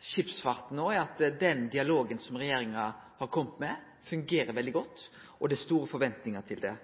skipsfarten er at den dialogen som regjeringa har sett i gang, fungerer veldig godt, og at det er store forventningar til dette.